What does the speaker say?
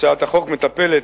הצעת החוק מטפלת